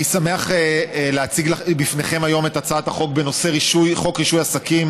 אני שמח להציג בפניכם היום את הצעת חוק רישוי עסקים